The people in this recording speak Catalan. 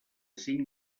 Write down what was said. cinc